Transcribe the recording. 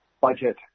budget